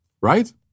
right